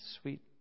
sweet